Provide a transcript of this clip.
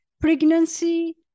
pregnancy